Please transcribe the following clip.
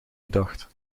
gedacht